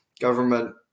government